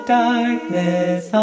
darkness